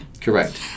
Correct